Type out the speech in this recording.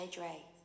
Dre